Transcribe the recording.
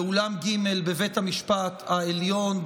באולם ג' בבית המשפט העליון,